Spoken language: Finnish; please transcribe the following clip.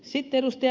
sitten ed